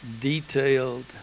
detailed